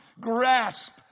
grasp